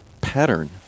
pattern